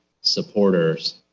supporters